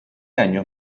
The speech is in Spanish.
año